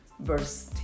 verse